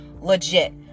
legit